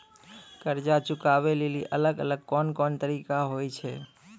कर्जा चुकाबै लेली अलग अलग कोन कोन तरिका होय छै?